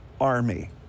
army